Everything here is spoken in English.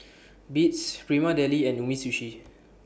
Beats Prima Deli and Umisushi